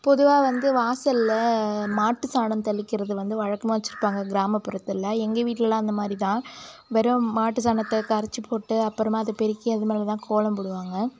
பொதுவாக வந்து வாசலில் மாட்டு சாணம் தெளிக்கிறது வந்து வழக்கமாக வச்சுருப்பாங்க கிராமப்புறத்தில் எங்கள் வீட்லெல்லாம் அந்தமாதிரிதான் வெறும் மாட்டு சாணத்தை கரைச்சிப்போட்டு அப்புறமா அதைப் பெருக்கி அதுமேலேதான் கோலம் போடுவாங்க